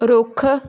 ਰੁੱਖ